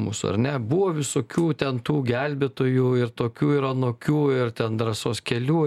mūsų ar ne buvo visokių ten tų gelbėtojų ir tokių ir anokių ir ten drąsos kelių